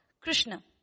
Krishna